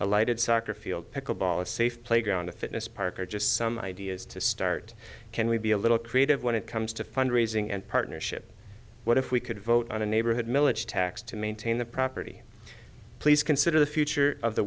a lighted soccer field pick a ball a safe playground a fitness park or just some ideas to start can we be a little creative when it comes to fund raising and partnership what if we could vote on a neighborhood milage tax to maintain the property please consider the future of the